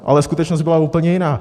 Ale skutečnost byla úplně jiná.